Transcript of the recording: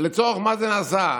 לצורך מה זה נעשה?